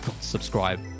subscribe